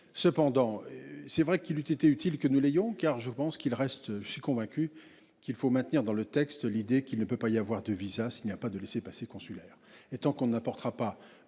cependant. C'est vrai qu'il eut été utile que nous l'ayons car je pense qu'il reste, je suis convaincu qu'il faut maintenir dans le texte l'idée qu'il ne peut pas y avoir de VISA s'il n'y a pas de laissez-passer consulaires